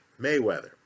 Mayweather